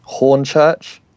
Hornchurch